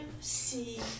see